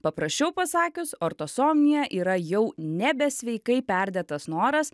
paprasčiau pasakius ortosomnija yra jau nebesveikai perdėtas noras